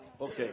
Okay